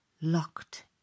locked